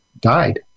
died